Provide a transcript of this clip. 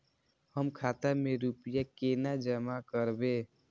हम खाता में रूपया केना जमा करबे?